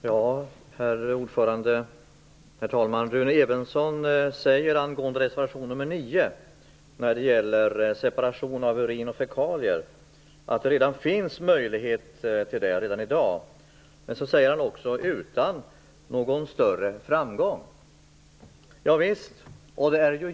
Herr talman! Rune Evensson säger angående reservation nr 9 att det redan i dag finns möjligheter till separation av urin och fekalier - men, säger han, utan någon större framgång. Javisst.